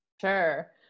Sure